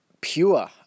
pure